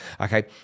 okay